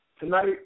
Tonight